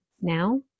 now